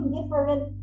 different